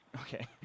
Okay